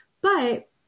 But-